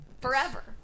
Forever